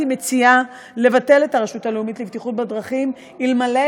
מציעה לבטל את הרשות הלאומית לבטיחות בדרכים אלמלא